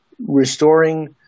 restoring